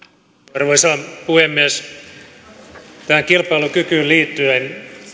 arvoisa puhemies tähän kilpailukykyyn liittyen